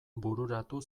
bururatu